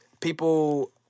People